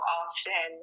often